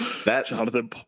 Jonathan